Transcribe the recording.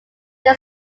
were